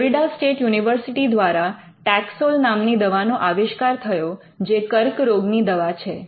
Florida State University દ્વારા Taxol નામ ની દવાનો આવિષ્કાર થયો જે કર્ક રોગની દવા છે